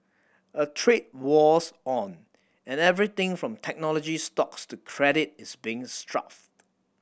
a trade war's on and everything from technology stocks to credit is being strafed